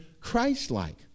Christ-like